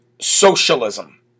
socialism